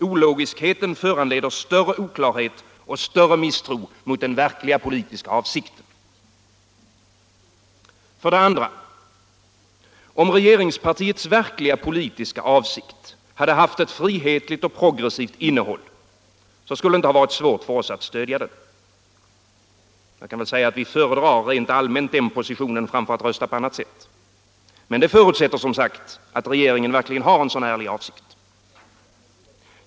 Ologiskheten föranleder större oklarhet och större misstro mot den verkliga politiska avsikten. För det andra. Om regeringspartiets verkliga politiska avsikt hade haft ett frihetligt och progressivt innehåll, skulle det inte varit svårt för oss att stödja den. Vi föredrar rent allmänt den positionen framför att rösta på annat sätt. Men det förutsätter, som sagt, att regeringen verkligen har en sådan ärlig avsikt.